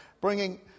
bringing